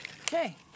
okay